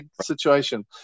situation